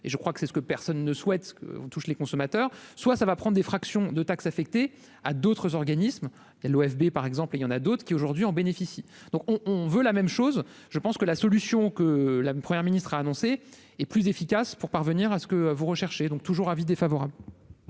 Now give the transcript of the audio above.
et je crois que c'est ce que personne ne souhaite qu'on touche les consommateurs soit ça va prendre des fractions de taxe affectée à d'autres organismes, l'ouest des par exemple, il y en a d'autres qui aujourd'hui en bénéficient donc on on veut la même chose, je pense que la solution que la première ministre a annoncé et plus efficace pour parvenir à ce que vous recherchez donc toujours avis défavorable.